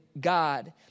God